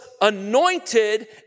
anointed